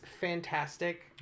fantastic